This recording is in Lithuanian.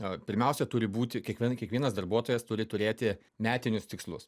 a pirmiausia turi būti kiekviena kiekvienas darbuotojas turi turėti metinius tikslus